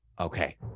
okay